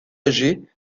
âgés